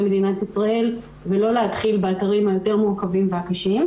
מדינת ישראל ולא להתחיל באתרים היותר מורכבים והקשים,